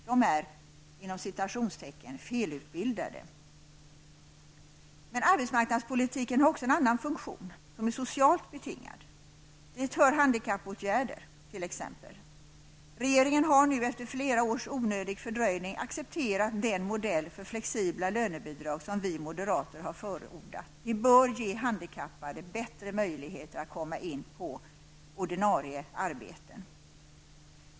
De är Men arbetsmarknadspolitiken har också en annan funktion, som är socialt betingad. Dit hör t.ex. handikappåtgärder. Regeringen har nu efter flera års onödig fördröjning accepterat den modell för flexibla lönebidrag som vi moderater har förordat. Den bör ge handikappade bättre möjlighet att komma in på ordinarie arbeten.